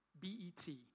B-E-T